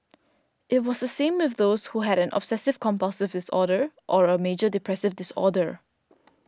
it was the same with those who had an obsessive compulsive disorder or a major depressive disorder